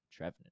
trevenant